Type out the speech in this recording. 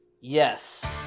Yes